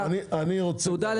גם כמה --- זה בסדר, זה הבנתי.